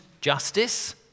justice